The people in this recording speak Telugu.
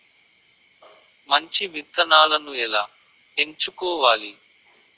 మంచి విత్తనాలను ఎలా ఎంచుకోవాలి?